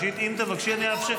תתבייש לך.